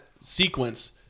sequence